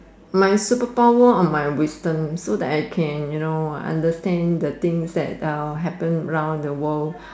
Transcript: my superpower of my wisdom so that I can you know understand the things that uh happen around the world